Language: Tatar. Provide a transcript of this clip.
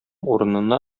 урынына